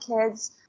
kids